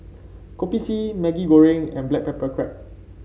Kopi C Maggi Goreng and Black Pepper Crab